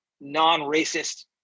non-racist